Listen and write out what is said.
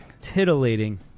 Titillating